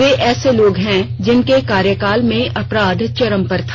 वे ऐसे लोग हैं जिनके कार्यकाल में अपराध चरम पर था